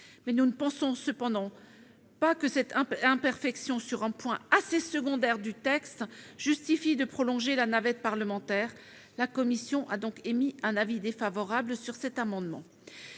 nous ne pensons pas que cette imperfection, sur un point assez secondaire du texte, justifie de prolonger la navette parlementaire. La commission a donc émis un avis défavorable sur cet amendement.